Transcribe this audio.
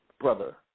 brother